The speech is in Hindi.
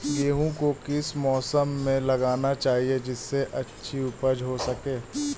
गेहूँ को किस मौसम में लगाना चाहिए जिससे अच्छी उपज हो सके?